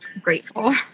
grateful